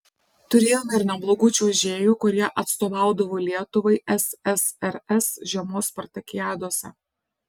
turėjome ir neblogų čiuožėjų kurie atstovaudavo lietuvai ssrs žiemos spartakiadose